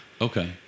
Okay